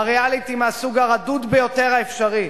לריאליטי מהסוג הרדוד ביותר האפשרי,